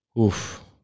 Oof